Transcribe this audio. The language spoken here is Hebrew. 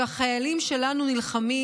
כשהחיילים שלנו נלחמים,